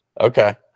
Okay